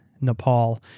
nepal